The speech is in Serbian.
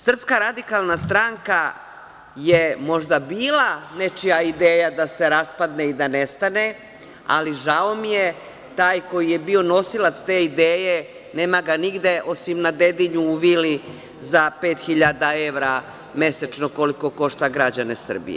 Srpska radikalna stranka je možda bila nečija ideja da se raspadne i da nestane, ali žao mi je, taj koji je bio nosilac te ideje, nema ga nigde osim na Dedinju u vili za 5.000 evra mesečno, koliko košta građane Srbije.